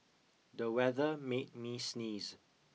the weather made me sneeze